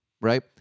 right